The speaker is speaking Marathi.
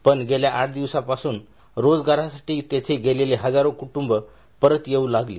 पण गेल्या आठ दिवसात रोजगारासाठी तेथे गेलेले हजारो कुटुंब परत येऊ लागली